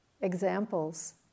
examples